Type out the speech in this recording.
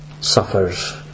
suffers